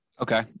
Okay